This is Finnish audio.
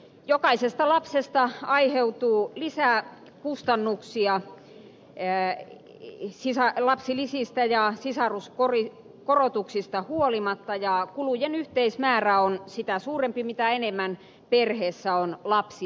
jokaisesta lapsesta aiheutuu lisää kustannuksia lapsilisistä ja sisaruskorotuksista huolimatta ja kulujen yhteismäärä on sitä suurempi mitä enemmän perheessä on lapsia